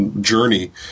journey